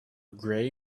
gray